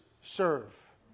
serve